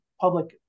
public